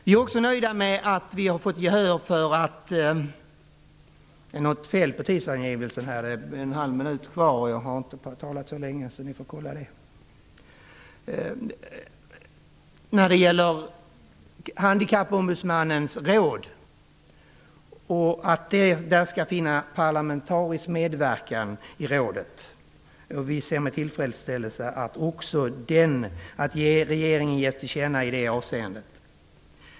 Vi är också nöjda med att vi har fått gehör när det gäller Handikappombudsmannens råd. Det skall vara parlamentarisk medverkan i rådet. Vi ser med tillfredsställelse att ett tillkännagivande till regeringen skall göras även i det fallet.